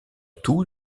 tout